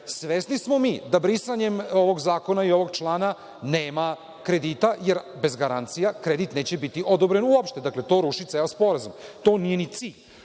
svesni smo mi da brisanjem ovog zakona i ovog člana nema kredita, jer bez garancija kredit neće biti odobren uopšte. Dakle, to ruši ceo sporazum. To nije ni cilj.